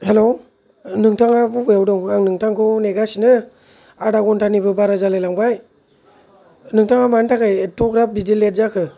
हेल' नोंथाङा बबेयाव दं आं नोंथांखौ नेगासिनो आधा घन्टानिबो बारा जालाय लांबाय नोंथाङा मानि थाखाय एट्थ'ग्राप बिदि लेट जाखो